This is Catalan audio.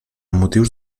motius